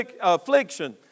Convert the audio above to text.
affliction